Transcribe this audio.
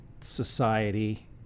society